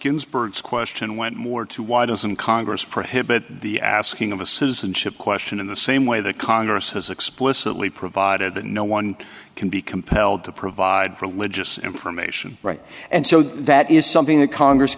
ginsburg's question went more to why doesn't congress prohibit the asking of a citizenship question in the same way that congress has explicitly provided that no one can be compelled to provide for logistic information right and so that is something that congress